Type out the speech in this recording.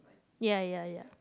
ya ya ya